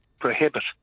prohibit